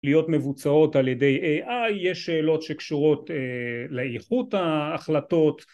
להיות מבוצעות על ידי AI, יש שאלות שקשורות לאיכות ההחלטות